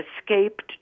escaped